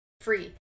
free